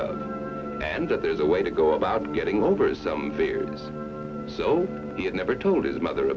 of and that there's a way to go about getting over some fears so you never told his mother